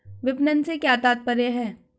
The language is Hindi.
विपणन से क्या तात्पर्य है?